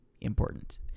important